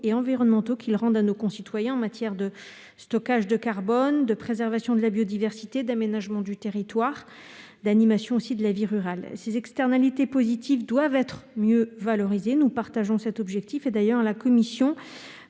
et environnementaux qu'ils rendent à nos concitoyens en matière de stockage de carbone, de préservation de la biodiversité, d'aménagement du territoire et d'animation de la vie rurale. Ces externalités positives doivent être mieux valorisées. Nous partageons cet objectif. La commission